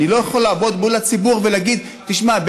אני לא יכול לעמוד מול הציבור ולהגיד: תשמע,